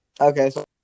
Okay